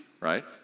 right